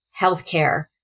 healthcare